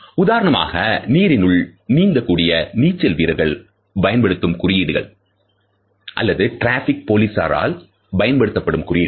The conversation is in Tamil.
உதாரணமாக நீரினுள் நீந்தக் கூடிய நீச்சல் வீரர்கள் பயன்படுத்தும் குறியீடுகள் அல்லது டிராபிக் போலீஸ்களால் பயன்படுத்தப்படும் குறியீடுகள்